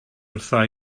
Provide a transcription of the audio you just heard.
wrtha